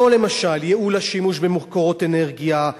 למשל ייעול השימוש במקורות אנרגיה,